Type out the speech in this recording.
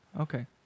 Okay